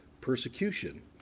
persecution